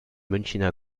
münchner